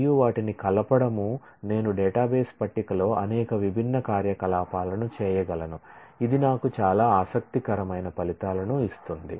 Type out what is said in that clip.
మరియు వాటిని కలపడం నేను డేటాబేస్ టేబుల్లో అనేక విభిన్న కార్యకలాపాలను చేయగలను ఇది నాకు చాలా ఆసక్తికరమైన ఫలితాలను ఇస్తుంది